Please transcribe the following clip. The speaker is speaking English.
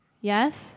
Yes